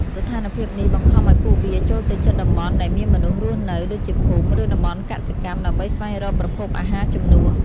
ស្ថានភាពនេះបង្ខំឲ្យពួកវា ចូលទៅជិតតំបន់ដែលមានមនុស្សរស់នៅ ដូចជាភូមិ ឬតំបន់កសិកម្ម ដើម្បីស្វែងរកប្រភពអាហារជំនួស។